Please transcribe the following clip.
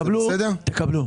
תקבלו.